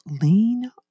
Lean